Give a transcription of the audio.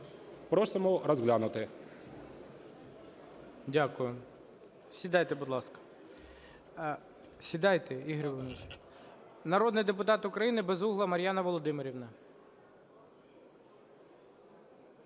Просимо розглянути. ГОЛОВУЮЧИЙ. Дякую. Сідайте, будь ласка. Сідайте, Ігор Володимирович. Народний депутат України Безугла Мар'яна Володимирівна.